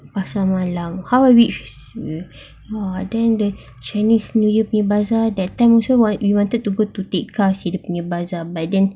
pasar malam how I wish !wah! then the chinese new year big bazaar that time also !wah! we wanted to tekka seh dia punya bazaar but then